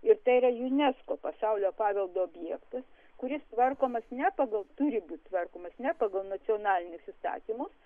irtai yra unesco pasaulio paveldo objektas kuris tvarkomas ne pagal turi būti tvarkomas ne pagal nacionalinius įstatymus